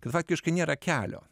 kad faktiškai nėra kelio